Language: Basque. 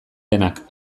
denak